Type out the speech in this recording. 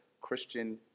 Christian